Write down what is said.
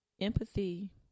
empathy